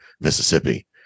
Mississippi